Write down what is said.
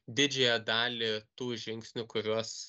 didžiąją dalį tų žingsnių kuriuos